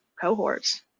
cohorts